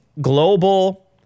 global